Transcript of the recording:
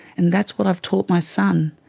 and that's what i've taught my son.